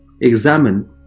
examine